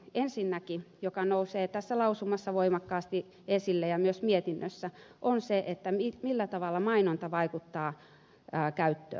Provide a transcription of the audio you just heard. ensinnäkin mikä nousee tässä lausumassa voimakkaasti esille ja myös mietinnössä on se millä tavalla mainonta vaikuttaa käyttöön